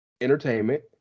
entertainment